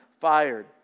fired